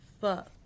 Fuck